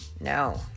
No